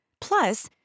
Plus